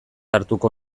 hartuko